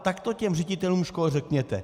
Tak to těm ředitelům škol řekněte!